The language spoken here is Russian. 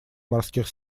морских